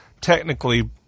technically